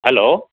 hello